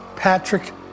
Patrick